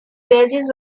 basis